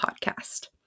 Podcast